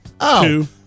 Two